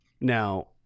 Now